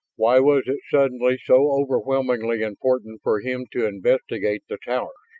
why was it suddenly so overwhelmingly important for him to investigate the towers?